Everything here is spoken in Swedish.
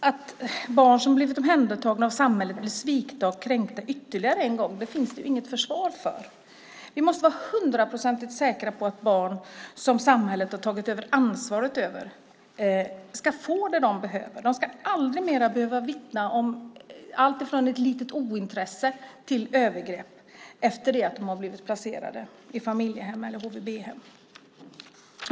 Att barn som blivit omhändertagna av samhället blir svikna och kränkta ytterligare en gång finns det inget försvar för. Vi måste vara hundraprocentigt säkra på att barn som samhället har tagit över ansvaret för ska få det de behöver. De ska aldrig mer behöva vittna om alltifrån ett litet ointresse till övergrepp efter att de har blivit placerade i familjehem eller HVB-hem.